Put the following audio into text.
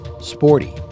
Sporty